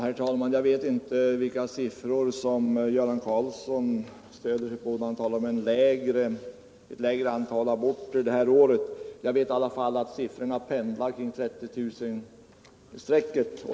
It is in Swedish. Herr talman! Jag vet inte vilka siffror Göran Karlsson avser när han talar om ett lägre antal aborter det här året, men jag vet i alla fall att siffrorna pendlar omkring 30 000-strecket.